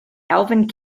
elven